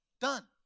done